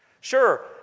Sure